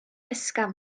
ysgafn